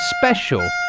special